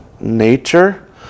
nature